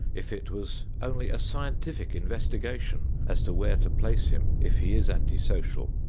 if it was only a scientific investigation as to where to place him if he is anti-social,